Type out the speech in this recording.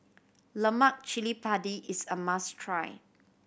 Lemak Chili Padi is a must try